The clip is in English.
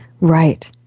Right